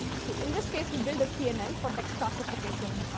so in this case, we build a cnn for text classification.